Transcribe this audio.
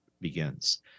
begins